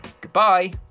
Goodbye